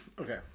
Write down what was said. Okay